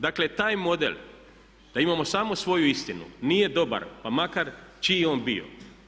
Dakle, taj model da imamo samo svoju istinu nije dobar pa makar čiji on bio.